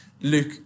Luke